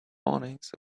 warnings